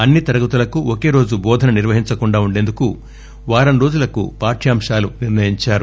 అన్సి తరగతులకు ఒకే రోజు బోధన నిర్వహించకుండా ఉండేందుకు వారం రోజులకు పాఠ్చాంశాలు నిర్ణయించారు